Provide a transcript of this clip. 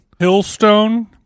Hillstone